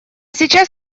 сейчас